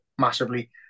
massively